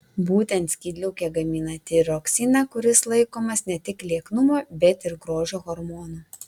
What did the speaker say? būtent skydliaukė gamina tiroksiną kuris laikomas ne tik lieknumo bet ir grožio hormonu